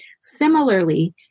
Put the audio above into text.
Similarly